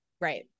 Right